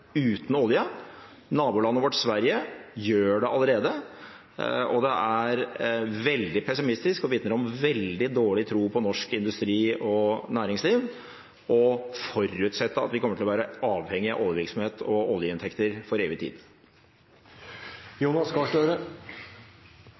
uten olje. Nabolandet vårt, Sverige, gjør det allerede, og det er veldig pessimistisk og vitner om veldig dårlig tro på norsk industri og næringsliv å forutsette at vi kommer til å være avhengig av oljevirksomhet og oljeinntekter for evig